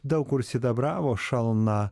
daug kur sidabravo šalna